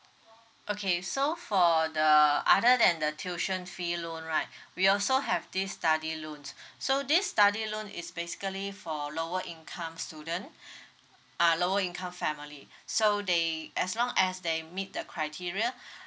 okay so for the other than the tuition fee loan right we also have this study loans so this study loan is basically for lower income student uh lower income family so they as long as they meet the criteria